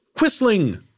Whistling